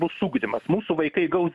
bus ugdymas mūsų vaikai gaus